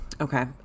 Okay